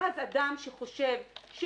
ואז אדם שהוא בהייטק,